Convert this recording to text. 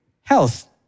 health